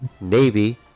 Navy